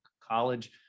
college